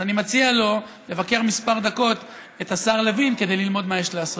אז אני מציע לו לבקר כמה דקות אצל השר לוין כדי ללמוד מה יש לעשות.